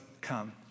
come